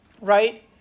right